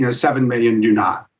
you know seven million do not.